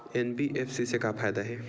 NBFC से का फ़ायदा हे?